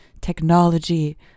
technology